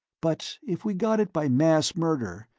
but if we got it by mass murder,